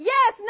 Yes